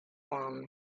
one